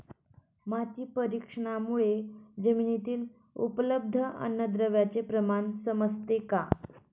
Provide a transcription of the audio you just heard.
माती परीक्षणामुळे जमिनीतील उपलब्ध अन्नद्रव्यांचे प्रमाण समजते का?